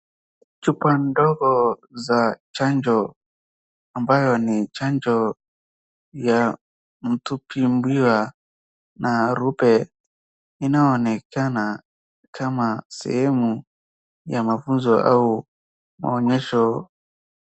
Chupa ndogo za chanjo ambayo ni chanjo ya mtu kutibiwa na rube , inayoonekana kama sehemu ya mafunzo au maonyesho.